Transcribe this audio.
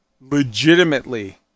legitimately